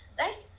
right